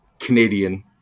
Canadian